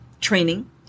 training